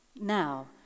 now